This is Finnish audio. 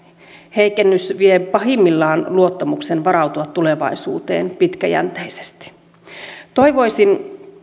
heikennys vie pahimmillaan luottamuksen varautua tulevaisuuteen pitkäjänteisesti toivoisin